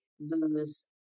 lose